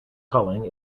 culling